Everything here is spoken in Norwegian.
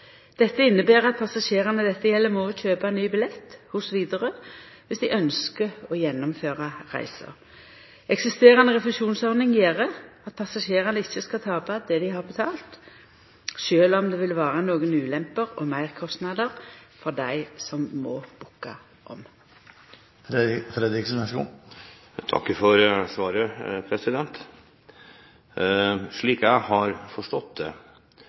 Dette inneber at passasjerane dette gjeld, må kjøpa ny billett hos Widerøe om dei ynskjer å gjennomføra reisa. Eksisterande refusjonsordningar gjer at passasjerane ikkje skal tapa det dei har betalt, sjølv om det vil vera nokre ulemper og meirkostnader for dei som må booka om. Jeg takker for svaret. Slik jeg har forstått det,